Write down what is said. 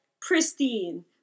pristine